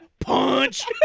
Punch